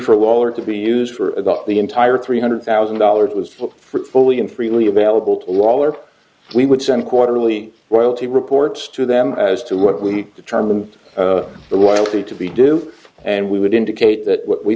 for a wall or to be used for the entire three hundred thousand dollars was for fully and freely available to all or we would send quarterly royalty reports to them as to what we determined the royalty to be due and we would indicate that we